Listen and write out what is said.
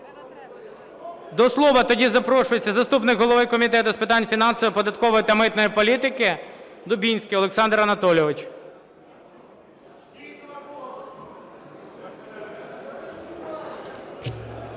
До слова тоді запрошується заступник голови Комітету з питань фінансової, податкової та митної політики Дубінський Олександр Анатолійович.